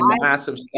massive